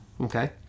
Okay